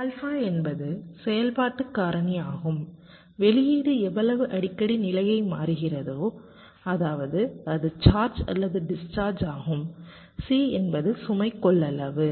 alpha என்பது செயல்பாட்டுக் காரணியாகும் வெளியீடு எவ்வளவு அடிக்கடி நிலையை மாற்றுகிறது அதாவது அது சார்ஜ் அல்லது டிஸ்சார்ஜ் ஆகும் C என்பது சுமை கொள்ளளவு